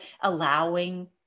allowing